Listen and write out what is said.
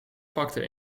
pakte